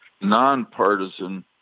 nonpartisan